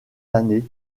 années